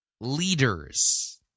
leaders